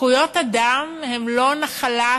זכויות אדם הן לא נחלת